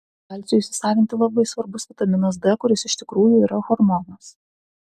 kalciui įsisavinti labai svarbus vitaminas d kuris iš tikrųjų yra hormonas